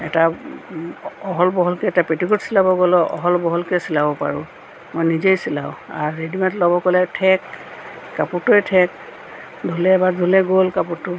এটা আহল বহলকৈ এটা পেটিকোট চিলাব গ'লেও আহল বহলকৈ চিলাব পাৰোঁ মই নিজেই চিলাওঁ আৰু ৰেডিমে'ড ল'ব গ'লে ঠেক কাপোৰটোৱে ঠেক ধুলে এবাৰ ধুলে গ'ল কাপোৰটো